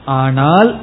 anal